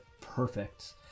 perfect